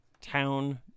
town